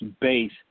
base